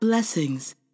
Blessings